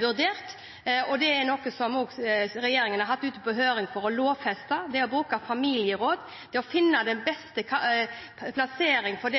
vurdert. Det har regjeringen også hatt ute på høring for å lovfeste – det å bruke familieråd, det å finne den beste plasseringen for barnet, sånn at barnet får vokse opp i en trygg og god familie eller på en institusjon, det